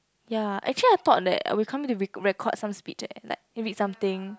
ya actually I thought that we come here to record some speech eh like read something